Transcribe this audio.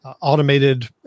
automated